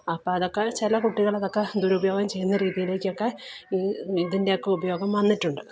അപ്പോൾ അതൊക്കെ ചില കുട്ടികൾ ഇതൊക്കെ ദുരുപയോഗം ചെയ്യുന്ന രീതിയിലേക്കൊക്കെ ഇതിൻറ്റെ ഒക്കെ ഉപയോഗം വന്നിട്ടുണ്ട്